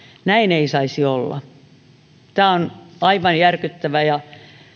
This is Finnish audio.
näin ei saisi olla tämä on aivan järkyttävää ja